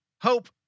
hope